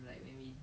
no nudes